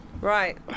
Right